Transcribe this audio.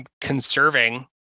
conserving